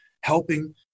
helping